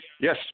Yes